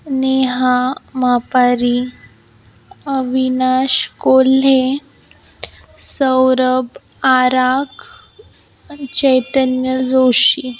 नेहा मापारी अविनाश कोल्हे सौरब आराख आणि चैतन्य जोशी